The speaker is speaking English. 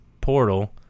portal